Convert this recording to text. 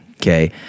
Okay